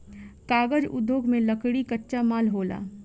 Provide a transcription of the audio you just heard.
कागज़ उद्योग में लकड़ी कच्चा माल होला